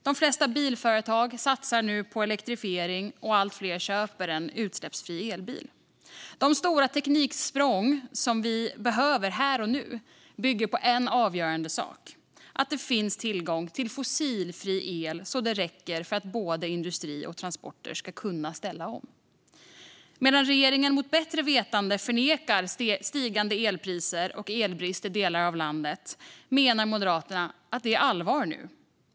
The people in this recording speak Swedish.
De flesta bilföretag satsar nu på elektrifiering, och allt fler köper en utsläppsfri elbil. De stora tekniksprång som vi behöver här och nu bygger på en avgörande sak: att det finns tillgång till fossilfri el så att det räcker för att både industri och transporter ska kunna ställa om. Medan regeringen mot bättre vetande förnekar stigande elpriser och elbrist i delar av landet menar Moderaterna att det är allvar nu.